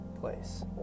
place